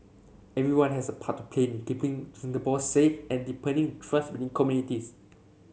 everyone has a part to play in keeping Singapore safe and deepening the trust between communities